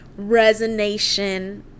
resonation